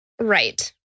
Right